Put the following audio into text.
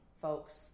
folks